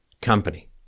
company